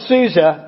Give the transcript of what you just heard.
Susa